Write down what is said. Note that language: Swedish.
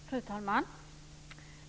Fru talman!